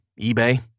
eBay